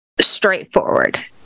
straightforward